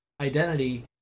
identity